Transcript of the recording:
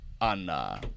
on